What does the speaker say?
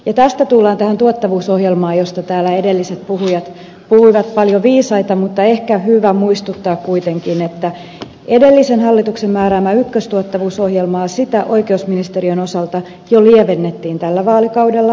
tästä tullaan tuottavuusohjelmaan josta edelliset puhujat puhuivat paljon viisaita mutta on ehkä hyvä muistuttaa kuitenkin että edellisen hallituksen määräämää ykköstuottavuusohjelmaa oikeusministeriön osalta jo lievennettiin tällä vaalikaudella